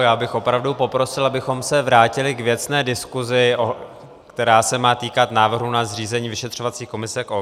Já bych opravdu poprosil, abychom se vrátili k věcné diskusi, která se má týkat návrhu na zřízení vyšetřovací komise k OKD.